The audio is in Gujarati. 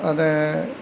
અને